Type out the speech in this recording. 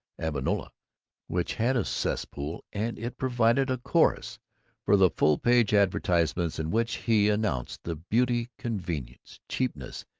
avonlea, which had a cesspool and it provided a chorus for the full-page advertisements in which he announced the beauty, convenience, cheapness,